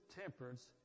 temperance